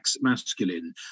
masculine